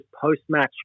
post-match